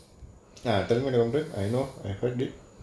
ya tell me the complain I know I heard it